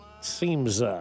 Seems